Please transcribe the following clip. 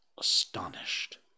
astonished